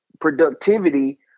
productivity